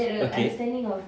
okay